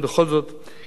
כי אנשים הזכירו אותו.